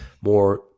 more